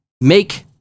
make